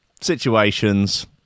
situations